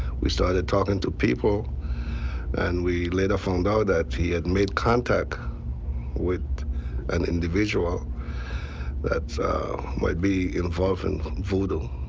we started talking to people and we later found out that he had made contact with an individual that might be involved in voodoo.